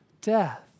death